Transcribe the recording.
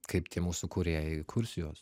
kaip tie mūsų kūrėjai kurs juos